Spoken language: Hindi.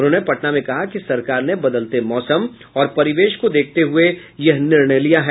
उन्होंने पटना में कहा कि सरकार ने बदलते मौसम और परिवेश को देखते हुये यह निर्णय लिया है